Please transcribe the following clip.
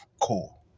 cool